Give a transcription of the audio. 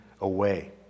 away